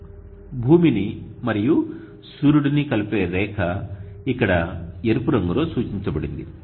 భూమిని మరియు సూర్యుడిని కలిపే రేఖ ఇక్కడ ఎరుపు రంగులో సూచించబడింది